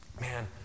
Man